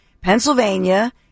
Pennsylvania